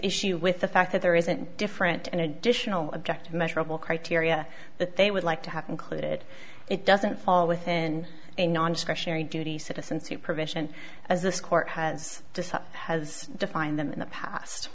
issue with the fact that there isn't different and additional objective measurable criteria that they would like to have included it doesn't fall within a non discretionary duty citizen supervision as this court has decided has defined them in the past